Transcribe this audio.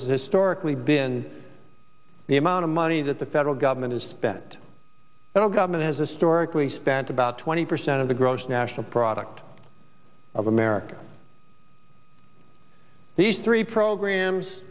is this story clee been the amount of money that the federal government has spent and all government has a story cle spent about twenty percent of the gross national product of america these three programs